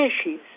species